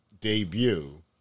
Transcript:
debut